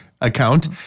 account